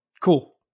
Cool